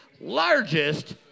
largest